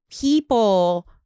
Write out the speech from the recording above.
people